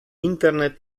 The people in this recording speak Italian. internet